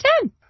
ten